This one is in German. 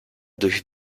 durch